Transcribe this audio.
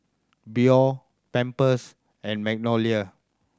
Biore Pampers and Magnolia